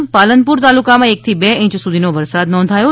અને પાલનપુર તાલુકામાં એક થી બે ઈંચ સુધીનો વરસાદ નોંધાયો છે